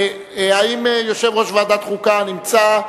האם יושב-ראש ועדת החוקה נמצא?